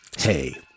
Hey